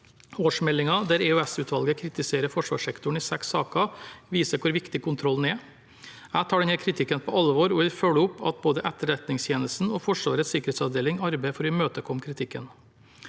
Årsmeldingen, der EOS-utvalget kritiserer forsvarssektoren i seks saker, viser hvor viktig kontrollen er. Jeg tar denne kritikken på alvor og vil følge opp at både Etterretningstjenesten og Forsvarets sikkerhetsavdeling arbeider for å imøtekomme kritikken.